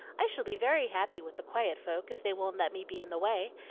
i shall be very happy with the quiet folk if they won't let me be in the way,